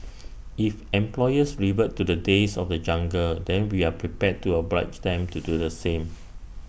if employers revert to the days of the jungle then we are prepared to oblige them to do the same